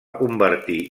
convertir